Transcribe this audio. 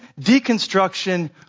deconstruction